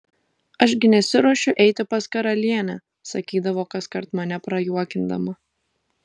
aš gi nesiruošiu eiti pas karalienę sakydavo kaskart mane prajuokindama